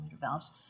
valves